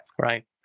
Right